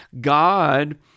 God